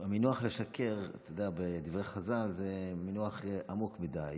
המינוח לשקר, בדברי חז"ל, זה מינוח עמוק מדי.